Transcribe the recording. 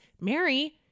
mary